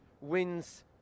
wins